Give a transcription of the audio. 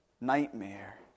nightmare